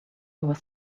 was